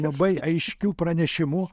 labai aiškiu pranešimu